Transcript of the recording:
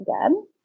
again